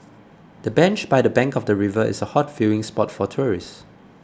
the bench by the bank of the river is a hot viewing spot for tourists